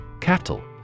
Cattle